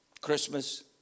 Christmas